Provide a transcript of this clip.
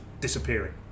disappearing